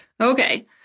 Okay